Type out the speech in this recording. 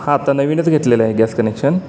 हा आता नवीनच घेतलेलं आहे गॅस कनेक्शन